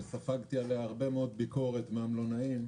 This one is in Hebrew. שספגתי עליה הרבה מאוד ביקורת מן המלונאים,